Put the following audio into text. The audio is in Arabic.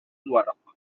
الورق